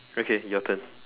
okay your turn